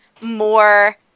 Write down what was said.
more